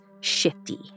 shifty